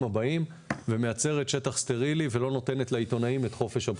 הבאים ומייצרת שטח סטרילי ולא נותנת לעיתונאים את חופש הבחירה.